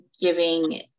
giving